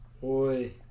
Boy